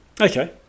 Okay